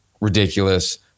ridiculous